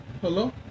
Hello